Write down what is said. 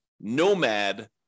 nomad